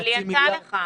אבל היא ענתה לך.